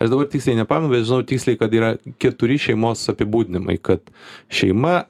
aš dabar tiksliai nepamenu bet žinau tiksliai kad yra keturi šeimos apibūdinimai kad šeima